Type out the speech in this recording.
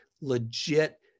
legit